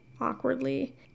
awkwardly